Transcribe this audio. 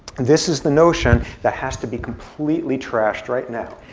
this is the notion that has to be completely trashed right now.